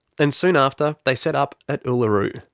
and soon after they set up at uluru.